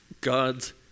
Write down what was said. God's